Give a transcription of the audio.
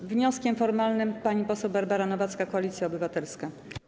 Z wnioskiem formalnym pani poseł Barbara Nowacka, Koalicja Obywatelska.